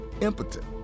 impotent